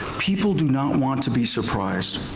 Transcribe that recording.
people do not want to be surprised.